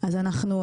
אז אנחנו,